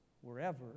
wherever